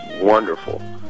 wonderful